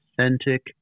authentic